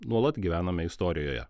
nuolat gyvename istorijoje